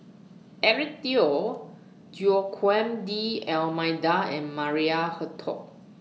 Eric Teo Joaquim D'almeida and Maria Hertogh